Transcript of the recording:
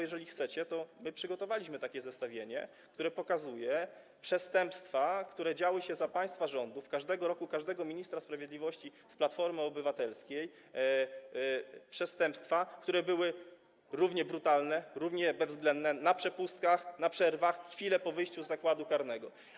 Jeżeli chcecie, to my przygotowaliśmy takie zestawienie, które pokazuje przestępstwa, które miały miejsce za państwa rządów, każdego roku, za czasów każdego ministra sprawiedliwości z Platformy Obywatelskiej, przestępstwa, które były równie brutalne, równie bezwzględne - na przepustkach, na przerwach, chwilę po wyjściu z zakładu karnego.